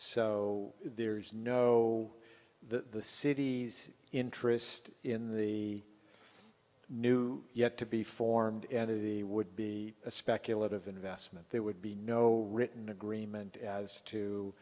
so there is no the city's interest in the new yet to be formed entity would be a speculative investment there would be no written agreement as to